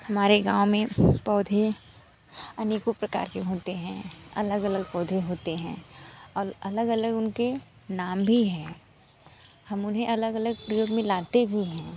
हमारे गाँव मे पौधें अनेकों प्रकार के होते हैं अलग अलग पोधे होते हैं और अलग अलग उनके नाम भी हैं हम उन्हें अलग अलग रोज़ मिलाते भी हैं